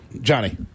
Johnny